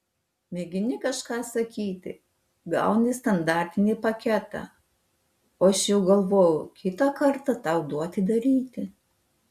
mėgini kažką sakyti gauni standartinį paketą o aš jau galvojau kitą kartą tau duoti daryti